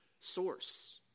source